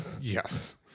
Yes